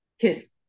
kiss